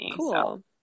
Cool